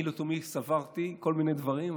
אני לתומי סברתי כל מיני דברים,